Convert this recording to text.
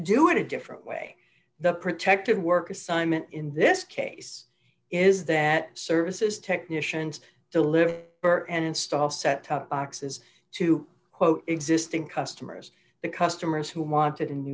do it a different way the protective work assignment in this case is that services technicians to live earth and install set top boxes to quote existing customers the customers who wanted a